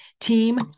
team